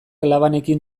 labanekin